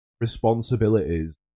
responsibilities